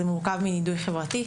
זה מורכב מנידוי חברתי,